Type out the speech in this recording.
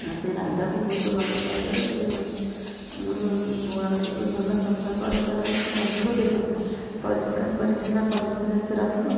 ଓ ସେ ରାଧାକୁ ବହୁତ ଭଲ ପାଇବାରୁ ସେ ମତେ ମୁଁ ଗୁହାଳକୁ ବି ଭଲ ସଫା କରେ କାରଣ ସେ ରହିବ କେମିତି ପରିଷ୍କାର ପରିଚ୍ଛନ୍ନ କଲେ ସିନା ସେ ରହିବ